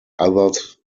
others